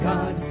God